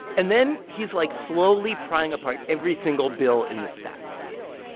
and then he's, like, slowly prying apart every single bill in the stack yes,